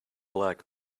black